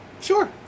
Sure